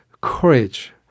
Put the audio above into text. courage